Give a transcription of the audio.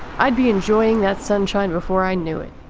i'd be enjoying that sunshine before i knew it.